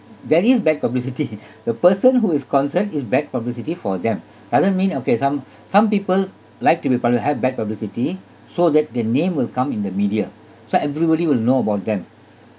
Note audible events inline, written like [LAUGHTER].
there is bad publicity [LAUGHS] the person who is concerned is bad publicity for them doesn't mean okay some [BREATH] some people like to be publi~ have bad publicity so that their name will come in the media so everybody will know about them